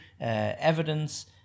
evidence